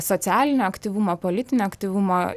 socialinio aktyvumo politinio aktyvumo